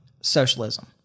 socialism